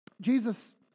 Jesus